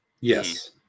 Yes